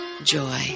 joy